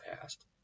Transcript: past